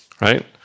Right